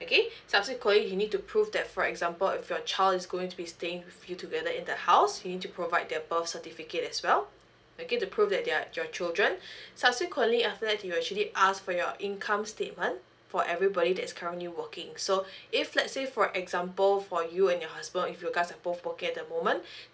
okay subsequently you need to prove going that for example if you child is going to be staying with you together in the house you need to provide their birth certificate as well okay to prove that they are your children subsequently after that you'll actually asked for your income statement for everybody that's currently working so if let's say for example for you and your husband if you guys both working at the moment